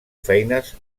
feines